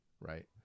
right